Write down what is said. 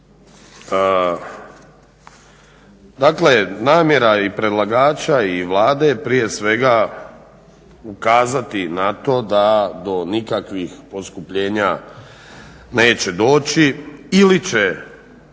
Dakle, namjera i predlagača i Vlade prije svega ukazati na to da do nikakvih poskupljenja neće doći ili će